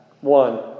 one